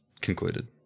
concluded